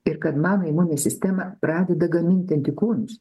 ir kad mano imuninė sistema pradeda gaminti antikūnus